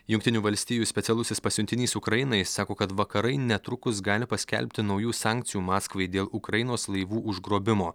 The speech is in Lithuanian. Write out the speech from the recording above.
jungtinių valstijų specialusis pasiuntinys ukrainai sako kad vakarai netrukus gali paskelbti naujų sankcijų maskvai dėl ukrainos laivų užgrobimo